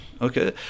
Okay